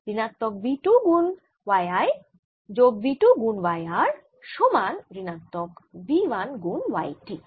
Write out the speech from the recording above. বা ঋণাত্মক v 2 গুন y I যোগ v 2 গুন y r সমান ঋণাত্মক v 1 গুন y t